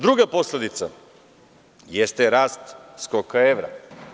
Druga posledica jeste rast skoka evra.